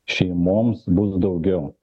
šeimoms bus daugiau